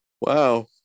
Wow